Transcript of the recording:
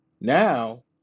Now